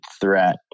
threat